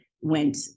went